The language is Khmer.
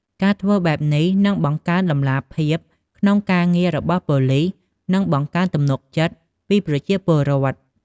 ការធ្វើបែបនេះនឹង បង្កើនតម្លាភាព ក្នុងការងាររបស់ប៉ូលិស និង បង្កើនទំនុកចិត្តពីប្រជាពលរដ្ឋ។